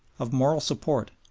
of moral support,